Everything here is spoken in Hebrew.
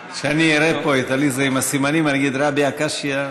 כשאני אראה פה את עליזה עם הסימנים אני אגיד: רבי עקשיא.